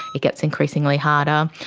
it gets increasingly harder.